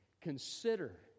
Consider